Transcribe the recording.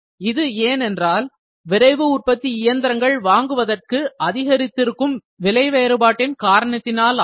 இது ஏன் என்றால் விரைவு உற்பத்தி இயந்திரங்கள் வாங்குவதற்கு அதிகரித்திருக்கும் விலை வேறுபாட்டின் காரணத்தினால் ஆகும்